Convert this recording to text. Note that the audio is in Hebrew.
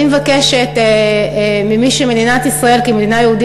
אני מבקשת ממי שמדינת ישראל כמדינה יהודית